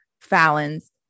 fallon's